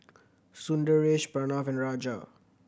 Sundaresh Pranav and Raja